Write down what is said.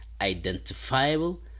identifiable